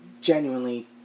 genuinely